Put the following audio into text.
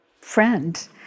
friend